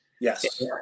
Yes